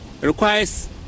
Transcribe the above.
requires